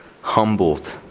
humbled